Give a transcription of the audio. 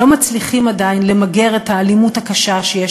לא מצליחים עדיין למגר את האלימות הקשה שיש